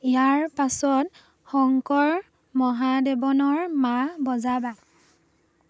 ইয়াৰ পাছত শংকৰ মহাদেৱনৰ মা বজাবা